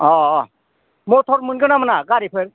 औ औ मथर मोनगोनना मोना गारिफोर